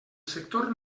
sector